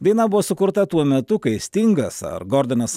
daina buvo sukurta tuo metu kai stingas ar gordonas